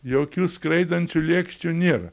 jokių skraidančių lėkščių nėra